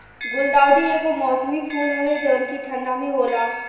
गुलदाउदी एगो मौसमी फूल हवे जवन की ठंडा में होला